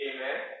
Amen